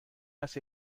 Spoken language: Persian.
است